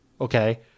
okay